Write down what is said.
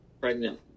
pregnant